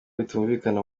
bitumvikana